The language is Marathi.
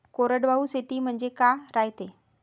कोरडवाहू शेती म्हनजे का रायते?